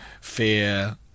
fear